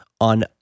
on